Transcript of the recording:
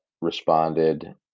responded